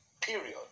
period